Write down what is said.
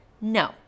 No